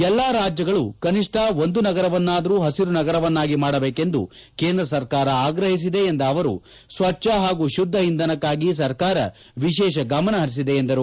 ಎಲ್ಲಾ ರಾಜ್ಲಗಳು ಕನಿಷ್ಠ ಒಂದು ನಗರವನ್ನಾದರೂ ಪಸಿರು ನಗರವನ್ನಾಗಿ ಮಾಡಬೇಕೆಂದು ಕೇಂದ್ರ ಸರ್ಕಾರ ಆಗ್ರಒಸಿದೆ ಎಂದ ಅವರು ಸ್ವಜ್ಞ ಹಾಗೂ ಶುದ್ದ ಇಂಧನಕ್ಕಾಗಿ ಸರ್ಕಾರ ವಿಶೇಷ ಗಮನ ಪರಿಸಿದೆ ಎಂದರು